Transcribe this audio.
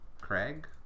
Craig